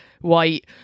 white